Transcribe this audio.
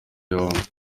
yombi